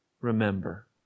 remember